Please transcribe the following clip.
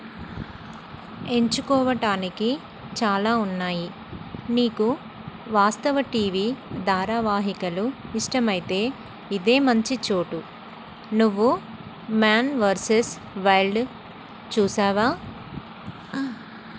ఎంచుకోవటానికి చాలా ఉన్నాయి నీకు వాస్తవ టీవి ధారావాహికలు ఇష్టమైతే ఇదే మంచి చోటు నువ్వు మ్యాన్ వర్సెస్ వైల్డ్ చూసావా